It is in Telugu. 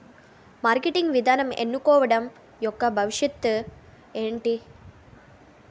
మార్కెటింగ్ విధానం కనుక్కోవడం యెక్క భవిష్యత్ ఏంటి?